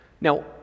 Now